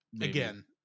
again